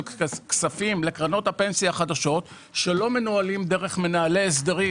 כספים לקרנות הפנסיה החדשות שלא מנוהלים דרך מנהלי הסדרים,